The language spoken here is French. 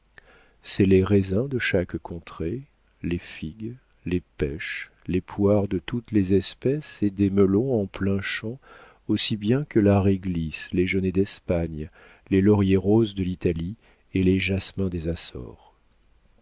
les raisins de chaque contrée les figues les pêches les poires de toutes les espèces et des melons en plein champ aussi bien que la réglisse les genêts d'espagne les lauriers-roses de l'italie et les jasmins des açores